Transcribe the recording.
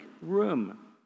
room